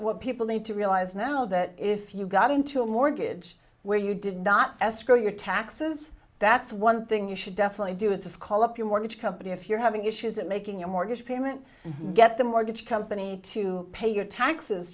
what people need to realize now that if you got into a mortgage where you did not escrow your taxes that's one thing you should definitely do is call up your mortgage company if you're having issues and making a mortgage payment get the mortgage company to pay your taxes